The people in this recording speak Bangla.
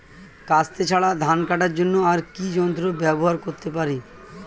কাস্তে ছাড়া ধান কাটার জন্য আর কি যন্ত্র ব্যবহার করতে পারি?